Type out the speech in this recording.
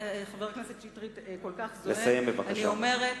חבר הכנסת שטרית, כל כך זועם, אני אומרת: